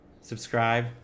subscribe